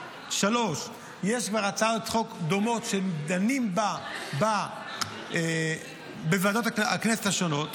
3. יש כבר הצעות חוק דומות שדנים בהן בוועדות הכנסת השונות,